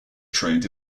trained